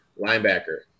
Linebacker